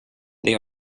they